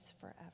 forever